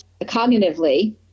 cognitively